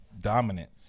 dominant